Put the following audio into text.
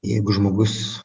jeigu žmogus